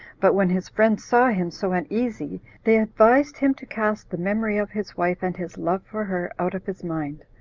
but when his friends saw him so uneasy, they advised him to cast the memory of his wife, and his love for her, out of his mind,